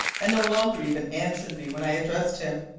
and no longer even answered me when i addressed him.